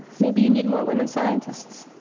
maybe you need more women scientists.